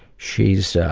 she's a.